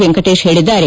ವೆಂಕಟೇಶ್ ಹೇಳಿದ್ದಾರೆ